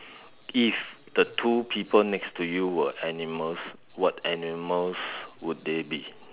if the two people next to you were animals what animals would they be